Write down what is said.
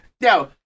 Yo